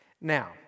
Now